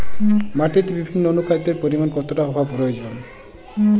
মাটিতে বিভিন্ন অনুখাদ্যের পরিমাণ কতটা হওয়া প্রয়োজন?